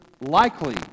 likely